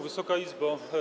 Wysoka Izbo!